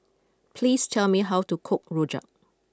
please tell me how to cook Rojak